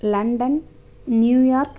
London New York